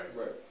Right